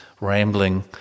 rambling